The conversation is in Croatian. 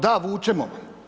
Da vučemo.